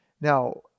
now